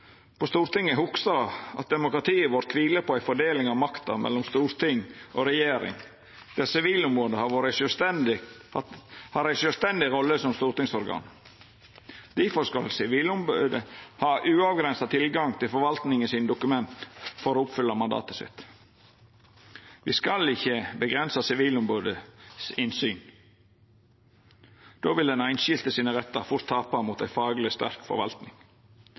på Stortinget hugsar at demokratiet vårt kviler på ei fordeling av makta mellom storting og regjering, der Sivilbodet har ei sjølvstendig rolle som stortingsorgan. Difor skal Sivilombodet ha uavgrensa tilgang til forvaltinga sine dokument for å oppfylla mandatet sitt. Me skal ikkje avgrensa Sivilombodets innsyn. Då ville den einskilde sine rettar fort tapa mot ei fagleg sterk